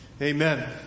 amen